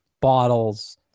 bottles